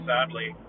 Sadly